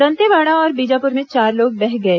दंतेवाड़ा और बीजापुर में चार लोग बह गए